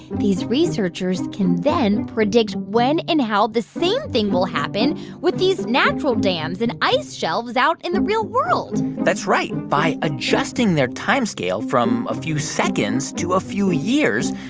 these researchers can then predict when and how the same thing will happen with these natural dams and ice shelves out in the real world that's right. by adjusting their timescale from a few seconds to a few years,